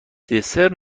دسر